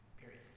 Period